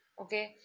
Okay